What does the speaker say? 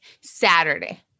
Saturday